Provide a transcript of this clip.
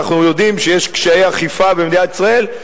ואנחנו יודעים שיש קשיי אכיפה במדינת ישראל,